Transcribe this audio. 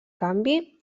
canvi